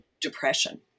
depression